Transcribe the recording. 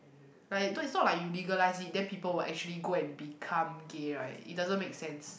but no it's not like you legalize it then people will actually go and become gay right it doesn't make sense